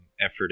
effort